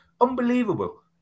Unbelievable